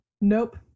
Nope